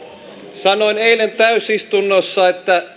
sanoin eilen täysistunnossa että